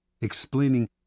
explaining